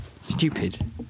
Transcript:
stupid